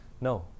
No